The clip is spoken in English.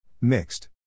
Mixed